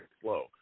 slow